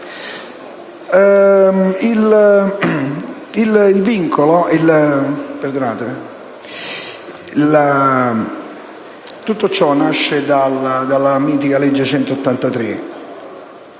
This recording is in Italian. Tutto ciò nasce dalla mitica legge n.183